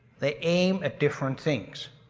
they aim at different things.